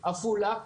עפולה,